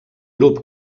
grup